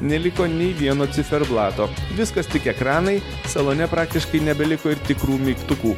neliko nei vieno ciferblato viskas tik ekranai salone praktiškai nebeliko ir tikrų mygtukų